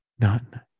None